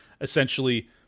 essentially